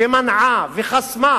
ומנעה וחסמה